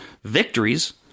Victories